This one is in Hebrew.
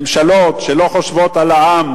ממשלות שלא חושבות על העם,